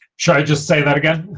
should i just say that again,